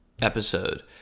episode